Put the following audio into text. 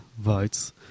votes